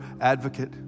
advocate